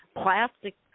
plastic